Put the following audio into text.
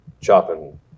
chopping